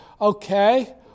Okay